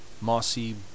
mossy